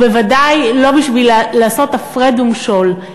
ובוודאי לא בשביל לעשות הפרד ומשול.